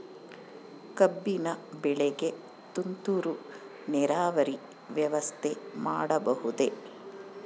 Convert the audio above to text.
ಕಬ್ಬಿನ ಬೆಳೆಗೆ ತುಂತುರು ನೇರಾವರಿ ವ್ಯವಸ್ಥೆ ಮಾಡಬಹುದೇ?